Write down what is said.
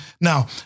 Now